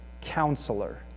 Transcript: counselor